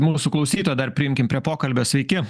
mūsų klausytoją dar priimkim prie pokalbio sveiki